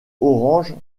orange